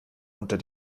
unter